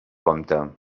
compte